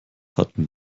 hatten